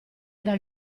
dal